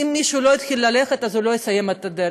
מישהו לא התחיל ללכת הוא לא יסיים את הדרך.